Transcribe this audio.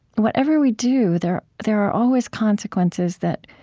whatever we do, there there are always consequences that